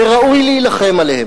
וראוי להילחם עליהם.